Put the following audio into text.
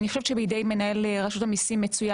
אני חושבת שבידי מנהל רשות המיסים מצויה